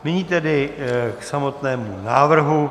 Nyní tedy k samotnému návrhu.